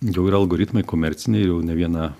jau ir algoritmai komerciniai jau ne vieną